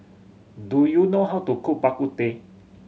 do you know how to cook Bak Kut Teh